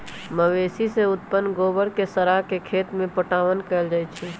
मवेशी से उत्पन्न गोबर के सड़ा के खेत में पटाओन कएल जाइ छइ